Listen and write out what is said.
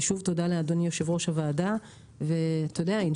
ושוב, תודה לאדוני יושב ראש הוועדה.